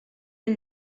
ben